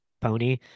pony